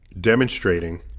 demonstrating